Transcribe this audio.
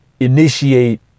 initiate